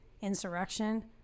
insurrection